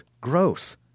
gross